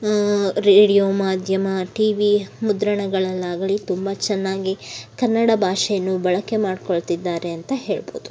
radio ಮಾಧ್ಯಮ T V ಮುದ್ರಣಗಳಲ್ಲಾಗಲಿ ತುಂಬ ಚೆನ್ನಾಗಿ ಕನ್ನಡ ಭಾಷೆಯನ್ನು ಬಳಕೆ ಮಾಡಿಕೊಳ್ತಿದ್ದಾರೆ ಅಂತ ಹೇಳ್ಬೋದು